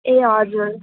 ए हजुर